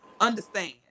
Understand